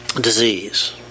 Disease